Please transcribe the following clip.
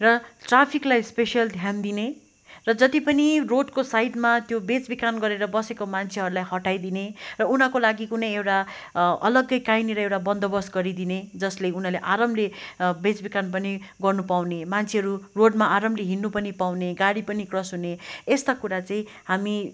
र ट्राफिकलाई स्पेसियल ध्यान दिने र जति पनि रोडको साइडमा त्यो बेच बिखान गरेर बसेको मान्छेहरूलाई हटाइदिने र उनीहरूको लागि कुनै एउटा अलग्गै कहीँनिर एउटा बन्दोवस्त गरिदिने जसले उनीहरूले आरामले बेच बिखन पनि गर्नु पाउने मान्छेहरू रोडमा आरामले हिँड्नु पनि पाउने गाडी पनि क्रस हुने यस्ता कुरा चाहिँ हामी